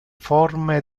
forme